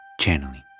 Channeling